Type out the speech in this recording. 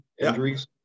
injuries